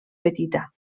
petita